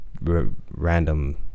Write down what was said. random